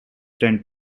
tend